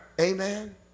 Amen